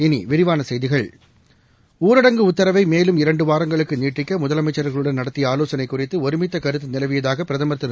இனிவிரிவானசெய்திகள் உத்தரவைமேலும் இரண்டுவாரங்களுக்குநீட்டிக்கமுதலமைச்சா்களுடன் ஊரடங்கு நடத்தியஆலோசனைகுறித்துஒருமித்தகருத்துநிலவியதாகபிரதமா் திரு